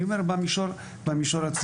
אני אומר, במישור הציבורי.